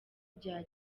bya